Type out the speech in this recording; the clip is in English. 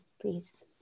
please